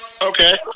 Okay